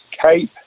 Cape